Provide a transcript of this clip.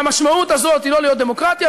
ומי שהקשיב בפתיחת דברי,